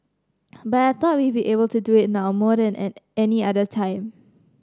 but I thought we'd be able to do it now more than at any other time